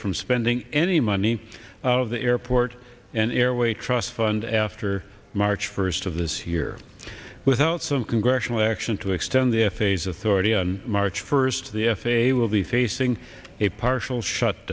from spending any money out of the airport and airway trust fund after march first of this year without some congressional action to extend the f a a is authority on march first the f a a will be facing a partial shut